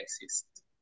exist